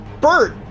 Bert